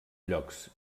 llocs